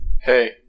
Hey